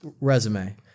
resume